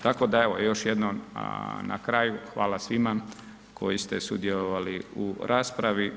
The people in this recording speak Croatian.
Tako da evo, još jednom na kraju hvala svima koji ste sudjelovali u raspravi.